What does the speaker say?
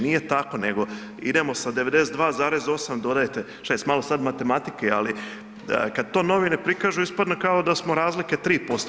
Nije tako nego idemo sa 92,8, dodajte 6. Malo sad matematike ali, kad to novine prikažu, ispadne kao da smo razlike 3%